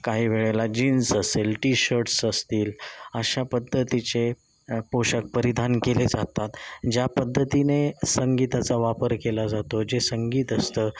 काही वेळेला जीन्स असेल टीशर्ट्स असतील अशा पद्धतीचे पोषाख परिधान केले जातात ज्या पद्धतीने संगीताचा वापर केला जातो जे संगीत असतं